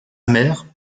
mère